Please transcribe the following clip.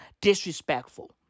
disrespectful